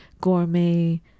gourmet